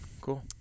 Cool